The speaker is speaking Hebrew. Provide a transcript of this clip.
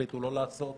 החליטו לא לעשות.